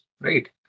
right